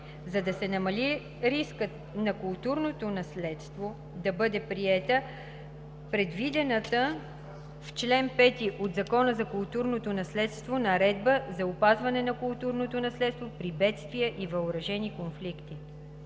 За да се намали рискът за културното наследство следва да бъде приета предвидената в чл. 5 от Закона за културното наследство Наредба за опазване на културното наследство при бедствия и въоръжени конфликти.